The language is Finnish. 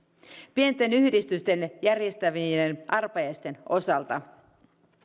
pienten yhdistysten järjestämien arpajaisten osalta